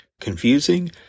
confusing